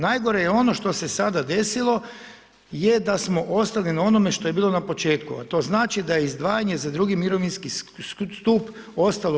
Najgore je ono što se sada desilo je da smo ostali na onome što je bilo na početku, a to znači da je izdvajanje za II. mirovinski stup ostalo 5%